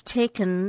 taken